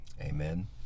amen